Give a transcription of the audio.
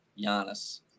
Giannis